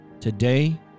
Today